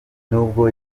nubwo